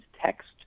text